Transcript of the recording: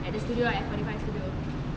at the studio at F forty five studio